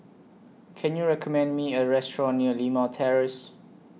Can YOU recommend Me A Restaurant near Limau Terrace